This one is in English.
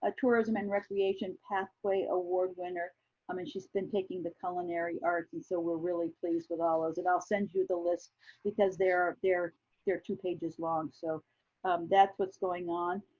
ah tourism and recreation pathway award winner. um and she's been taking the culinary arts. and so we're really pleased with all those. and i'll send you the list because they're they're two pages long. so that's what's going on.